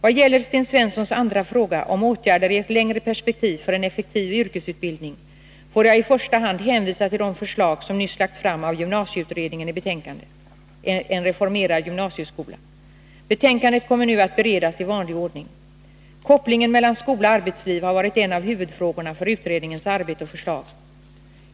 Vad gäller Sten Svenssons andra fråga — om åtgärder i ett längre perspektiv för en effektiv yrkesutbildning — får jag i första hand hänvisa till de förslag som nyss lagts fram av gymnasieutredningen i betänkandet En reformerad gymnasieskola . Betänkandet kommer nu att beredas i vanlig ordning, Kopplingen mellan skola och arbetsliv har varit en av huvudfrågorna för utredningens arbete och förslag.